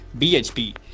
BHP